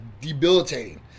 debilitating